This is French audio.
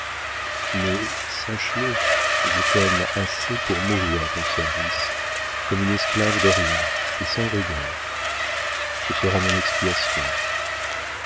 mais sache-le je t'aime assez pour mourir à ton service comme une esclave d'orient et sans regret ce sera mon expiation